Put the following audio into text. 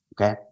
Okay